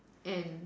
and